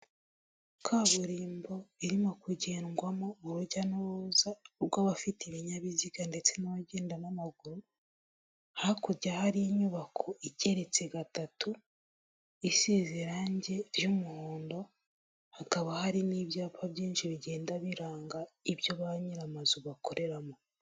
Kaburimbo irimo kugendwamo urujya n'uruza rw'abafite ibinyabiziga ndetse n'abagenda n'amaguru hakurya hari ininyubako igeretse gatatu isize irangi ry'umuhondo hakaba hari n'ibyapa byinshi bigenda biranga ibyo ba nyir'amazu bakoreramo.